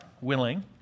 willing